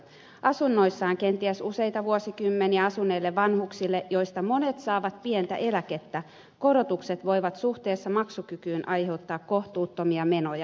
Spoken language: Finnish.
asunnoissaan kenties useita vuosikymmeniä asuneille vanhuksille joista monet saavat pientä eläkettä korotukset voivat suhteessa maksukykyyn aiheuttaa kohtuuttomia menoja